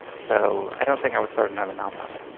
so i don't think i would start another nonprofit.